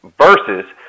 versus